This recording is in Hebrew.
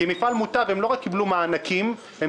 כמפעל מוטב הם לא רק קיבלו מענקים אלא